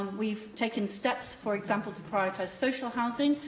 we've taken steps, for example, to prioritise social housing,